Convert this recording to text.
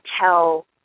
tell